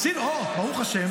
--- עשינו, ברוך ה'.